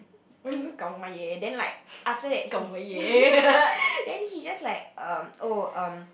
then like after he's then he just like um oh um